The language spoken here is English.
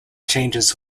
changes